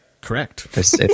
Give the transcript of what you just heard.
Correct